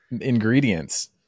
ingredients